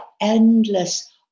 endless